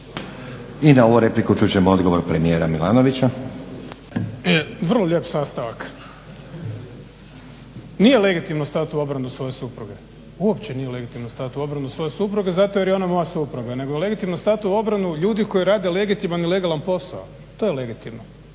I na ovu repliku čut ćemo odgovor premijera Milanovića. **Milanović, Zoran (SDP)** Vrlo lijep sastavak. Nije legitimno stat u obranu svoje supruge, uopće nije legitimno stat u obranu svoje supruge zato jer je ona moja supruga. Nego je legitimno stati u obranu ljudi koji rade legitiman i legalan posao. To je legitimno.